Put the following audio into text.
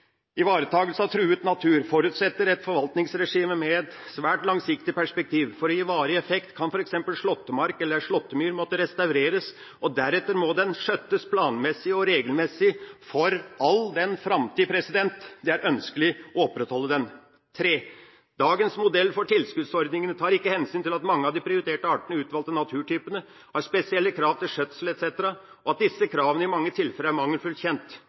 av truet natur forutsetter et forvaltningsregime med et svært langsiktig perspektiv. For å gi varig effekt kan f.eks. en slåttemark eller ei slåttemyr måtte restaureres, og deretter må den skjøttes planmessig og regelmessig for all den framtid det er ønskelig å opprettholde den. Dagens modell for tilskuddsordningene tar ikke hensyn til at mange av de prioriterte artene/utvalgte naturtypene har spesielle krav til skjøtsel etc., og at disse kravene i mange tilfeller er mangelfullt kjent.